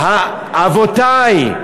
אבותי,